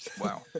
Wow